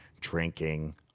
drinking